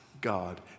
God